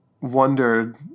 wondered